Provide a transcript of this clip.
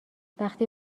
وقتی